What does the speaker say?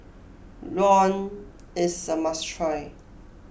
Rawon is a must try